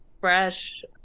fresh